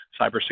cybersecurity